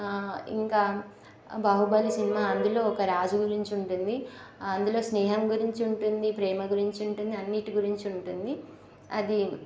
ఇంకా బాహుబలి సినిమా అందులో ఒక రాజు గురించి ఉంటుంది అందులో స్నేహం గురించి ఉంటుంది ప్రేమ గురించి ఉంటుంది అన్నింటి గురించి ఉంటుంది అది